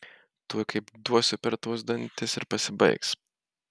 tuoj kaip duosiu per tuos dantis ir pasibaigs